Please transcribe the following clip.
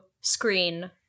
screen